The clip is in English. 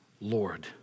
Lord